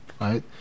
right